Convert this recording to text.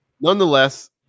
nonetheless